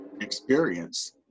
experience